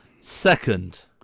Second